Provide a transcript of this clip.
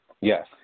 yes